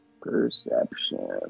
Perception